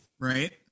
Right